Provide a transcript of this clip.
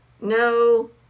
no